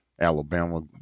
Alabama